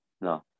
no